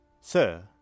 Sir